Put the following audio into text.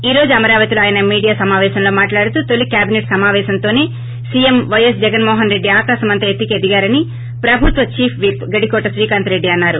ఈ రోజు అమరావతిలో ఆయన మీడియా సమావేశంలో మాట్హడుతూతొలి క్వాబినెట్ సమావేశంతోనే సీఎం పైఎస్ జగన్మోహన్రెడ్డి ఆకాశమంత ఎత్తుకి ఎందిగారని ప్రభుత్వ చీఫ్విప్ గడికోట శ్రీకాంత్ రెడ్డి అన్నారు